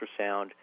ultrasound